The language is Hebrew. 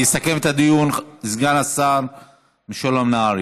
יסכם את הדיון סגן השר משולם נהרי.